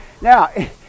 Now